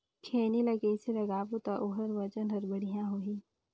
खैनी ला कइसे लगाबो ता ओहार वजन हर बेडिया होही?